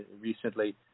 recently